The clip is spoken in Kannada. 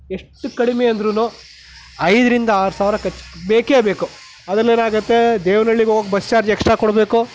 ಎಷ್ಟು ಕಡಿಮೆ ಅಂದ್ರೂ ಐದರಿಂದ ಆರು ಸಾವಿರ ಖರ್ಚು ಬೇಕೇ ಬೇಕು ಅದರಲ್ಲಿ ಏನಾಗತ್ತೆ ದೇವನಳ್ಳಿಗೆ ಹೋಗಿ ಬಸ್ ಚಾರ್ಜ್ ಎಕ್ಸ್ಟ್ರಾ ಕೊಡ್ಬೇಕು